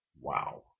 wow